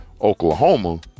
Oklahoma